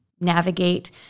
navigate